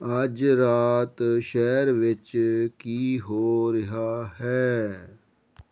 ਅੱਜ ਰਾਤ ਸ਼ਹਿਰ ਵਿੱਚ ਕੀ ਹੋ ਰਿਹਾ ਹੈ